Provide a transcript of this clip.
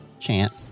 chant